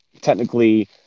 technically